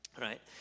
right